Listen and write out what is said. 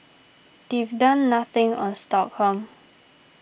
they've done nothing on sorghum